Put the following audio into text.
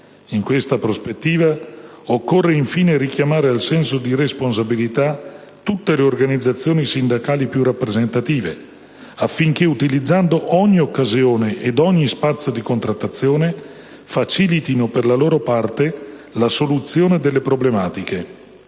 In questa prospettiva occorre infine richiamare al senso di responsabilità tutte le organizzazioni sindacali più rappresentative, affinché, utilizzando ogni occasione ed ogni spazio di contrattazione, facilitino per la loro parte la soluzione delle problematiche,